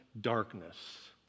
darkness